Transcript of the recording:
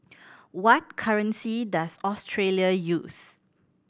what currency does Australia use